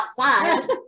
outside